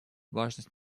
важность